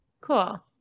Cool